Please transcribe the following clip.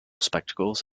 spectacles